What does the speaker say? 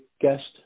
guest